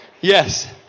yes